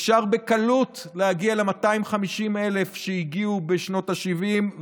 אפשר בקלות להגיע ל-250,000 שהגיעו בשנות השבעים.